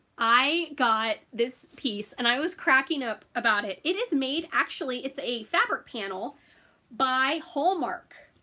i got this piece and i was cracking up about it it is made actually it's a fabric panel by hallmark.